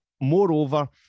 moreover